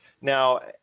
Now